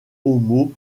homo